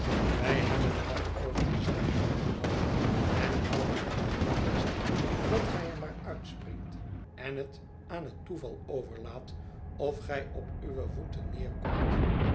wij hebben lang over de zaak nagedacht en houden het voor het beste dat gij er maar uitspringt en het aan het toeval overlaat of gij op uwe voeten neerkomt